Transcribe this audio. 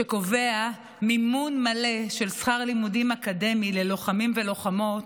שקובע מימון מלא של שכר לימוד אקדמי ללוחמים וללוחמות,